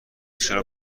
چرا